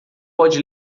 pode